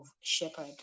shepherd